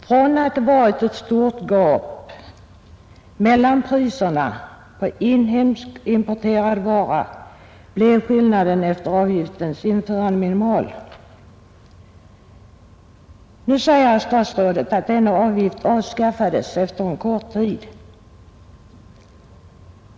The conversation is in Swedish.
Från att det varit ett stort gap mellan priserna på inhemsk och importerad vara blev skillnaden efter avgiftens införande minimal. Herr statsrådet säger nu att denna avgift avskaffades efter en kort tid.